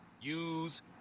use